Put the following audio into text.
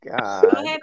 God